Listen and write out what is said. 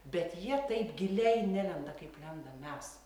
bet jie taip giliai nelenda kaip lendam mes